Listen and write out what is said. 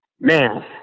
Man